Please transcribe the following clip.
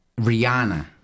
Rihanna